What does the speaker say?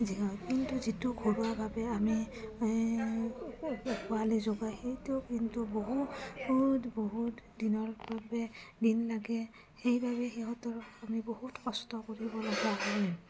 সিহঁত কিন্তু যিটো ঘৰুৱাভাৱে আমি পোৱালি জগাওঁ সেইটো কিন্তু বহুত বহুত দিনৰ বাবে দিন লাগে সেইবাবে সিহঁতৰ আমি বহুত কষ্ট কৰিব লগা হয়